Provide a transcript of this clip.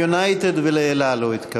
ל"יונייטד" ול"אל על" הוא התכוון.